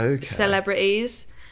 celebrities